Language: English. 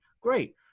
great